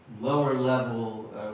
lower-level